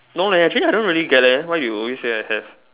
no leh actually I don't really get that why you always say I have